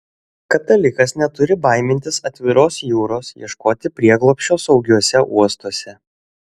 katalikas neturi baimintis atviros jūros ieškoti prieglobsčio saugiuose uostuose